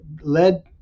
led